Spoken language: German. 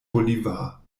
bolívar